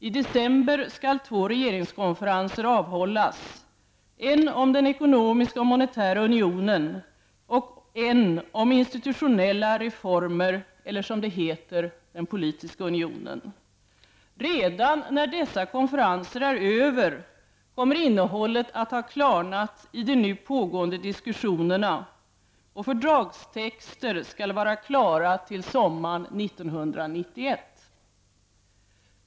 I december skall två regeringskonferenser avhållas, en om den ekonomiska och monetära unionen och en om institutionella reformer eller, som det heter, den politiska unionen. Redan när dessa konferenser är över kommer innehållet att ha klarnat i de nu pågående diskussionerna, och fördragstexter skall vara klara till sommaren 1991.